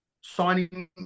signing